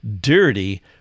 dirty